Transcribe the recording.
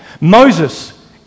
Moses